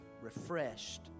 refreshed